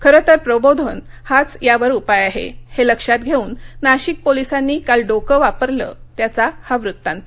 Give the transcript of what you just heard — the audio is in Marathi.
खरंतर प्रबोधन हाच यावर उपाय आहे हे लक्षात घेऊन नाशिक पोलीसांनी काल डोकं वापरलं त्याचा हा वृत्तांत